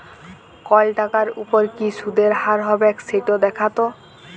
call টাকার উপর কি সুদের হার হবেক সেট দ্যাখাত